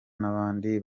n’abandi